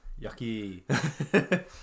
Yucky